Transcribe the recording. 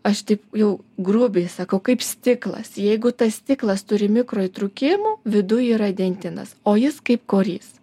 aš taip jau grubiai sakau kaip stiklas jeigu tas stiklas turi mikroįtrūkimų viduj yra dentinas o jis kaip korys